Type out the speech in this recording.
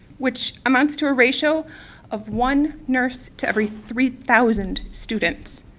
which amounts to a ratio of one nurse to every three thousand students.